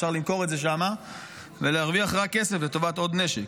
אפשר למכור את זה שם ולהרוויח רק כסף לטובת עוד נשק.